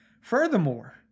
Furthermore